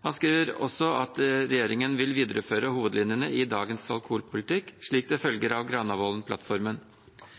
Han skriver også at regjeringen vil videreføre hovedlinjene i dagens alkoholpolitikk, slik det følger av